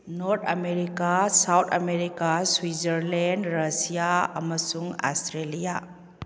north America South America Switzerland Russia ꯑꯃꯁꯨꯡ Australia